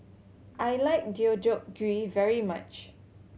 I like Deodeok Gui very much